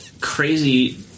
crazy